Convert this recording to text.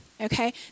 okay